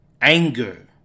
anger